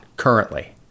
Currently